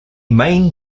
main